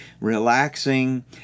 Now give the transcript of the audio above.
relaxing